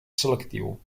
selectiu